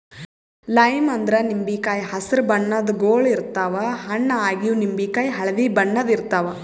lime ಅಂದ್ರ ನಿಂಬಿಕಾಯಿ ಹಸ್ರ್ ಬಣ್ಣದ್ ಗೊಳ್ ಇರ್ತವ್ ಹಣ್ಣ್ ಆಗಿವ್ ನಿಂಬಿಕಾಯಿ ಹಳ್ದಿ ಬಣ್ಣದ್ ಇರ್ತವ್